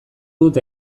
dut